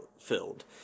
filled